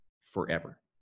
forever